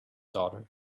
daughter